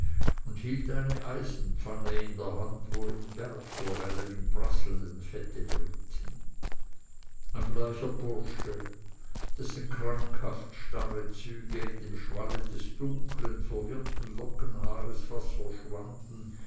und hielt eine eisenpfanne in der hand worin bergforellen im prasselnden fette brieten ein bleicher bursche dessen krankhaft starre züge in dem schwalle des dunkeln verwirrten lockenhaares fast verschwanden